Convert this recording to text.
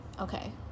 Okay